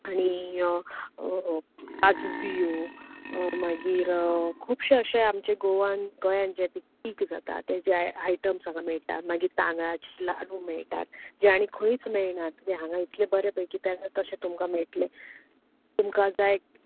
आनी काजू बियो मागीर खुबशे अशे आमचें गोवन गोंयांत जें पीक जाती तेजे आयटम्स हांगा मेळटा मागीर तांदळाचे लाडू मेळटात जे आनीक खंयच मेळनात ते हांगा इतले बरे पळय अशे तुमकां मेळटले तुमकां जाय